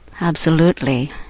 Absolutely